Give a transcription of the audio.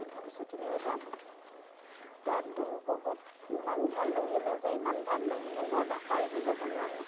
ভৱিষ্য়তলৈও যাম তাত গৈ বহুত ইমান ভাল লাগিলে যে ইমান ভাল লাগিলে মই ভাষাৰে বুজাব নোৱাৰোঁ